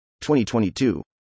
2022